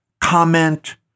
comment